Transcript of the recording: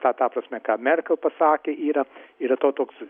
ta ta prasme ką merkel pasakė yra yra to toks